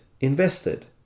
invested